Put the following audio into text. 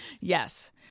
Yes